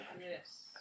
Yes